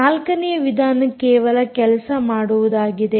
ನಾಲ್ಕನೆಯ ವಿಧಾನ ಕೇವಲ ಕೆಲಸ ಮಾಡುವುದು ಆಗಿದೆ